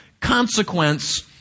consequence